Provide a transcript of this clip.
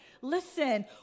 Listen